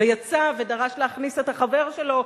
ויצא ודרש להכניס את החבר שלו,